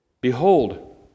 Behold